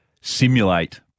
simulate